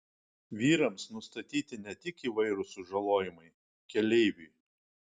vyrams nustatyti ne tik įvairūs sužalojimai keleiviui